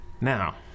Now